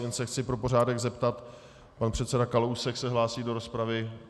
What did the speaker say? Jen se chci pro pořádek zeptat: Pan předseda Kalousek se hlásí do rozpravy?